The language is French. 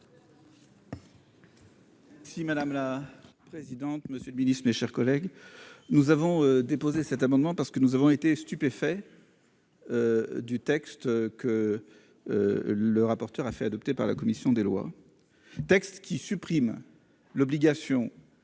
Si madame la présidente, monsieur le Ministre, mes chers collègues, nous avons déposé cet amendement parce que nous avons été stupéfaits du texte que le rapporteur a fait adopter par la commission des lois, texte qui supprime l'obligation